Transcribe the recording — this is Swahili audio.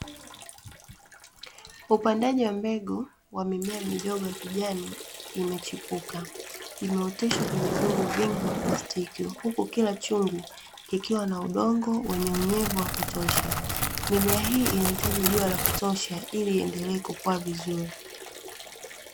Upandaji wa mbegu wa mimea midogo ya kijani imechipuka, imeoteshwa kwenye vyungu vingi vya plastiki, huku kila chungu kikiwa na udongo wa kutosha, mimea hii inahitaji jua la kutosha ili iendelee kukua vizuri.